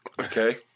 Okay